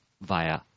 via